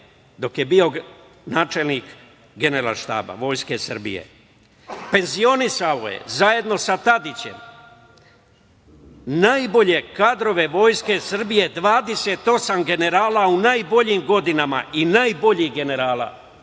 dok je bio načelnik Generalštaba, vojske Srbije. Penzionisao je zajedno sa Tadićem najbolje kadrove vojske Srbije, 28 generala u najboljim godinama i najboljih generala